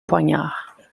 poignard